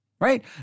right